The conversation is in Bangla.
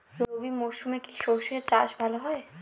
রবি মরশুমে কি সর্ষে চাষ ভালো হয়?